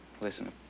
listen